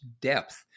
depth